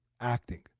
acting